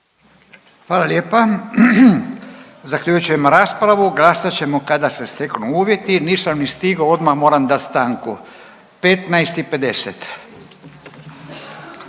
Hvala lijepa. Zaključujem raspravu. Glasat ćemo kada se steknu uvjeti. Nisam ni stigao odmah, moram dati stanku. 15